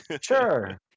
Sure